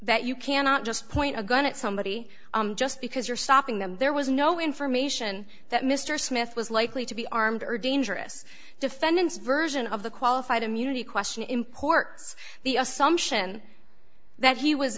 that you cannot just point a gun at somebody just because you're stopping them there was no information that mr smith was likely to be armed or dangerous defendant's version of the qualified immunity question imports the assumption that he was